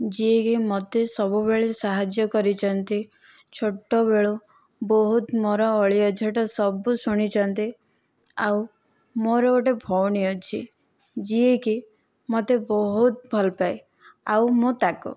ଯିଏ କି ମୋତେ ସବୁବେଳେ ସାହାଯ୍ୟ କରିଛନ୍ତି ଛୋଟବେଳୁ ବହୁତ ମୋର ଅଳି ଅଝଟ ସବୁ ଶୁଣିଛନ୍ତି ଆଉ ମୋର ଗୋଟେ ଭଉଣୀ ଅଛି ଯିଏ କି ମୋତେ ବହୁତ ଭଲପାଏ ଆଉ ମୁଁ ତା'କୁ